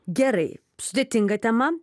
gerai sudėtinga tema